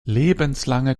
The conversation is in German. lebenslange